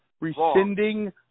rescinding